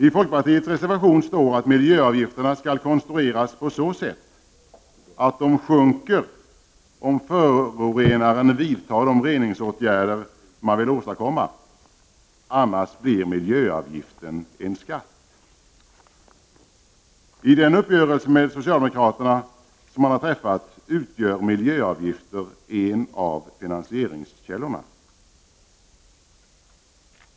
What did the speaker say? I folkpartiets reservation står det att miljöavgifterna skall konstrueras på ett sådant sätt att de sjunker om förorenaren vidtar de reningsåtgärder man vill åstadkomma, annars blir miljöavgiften en skatt. I den uppgörelse folkpartiet har träffat med socialdemokraterna utgör miljöavgifter en av finansieringskällorna.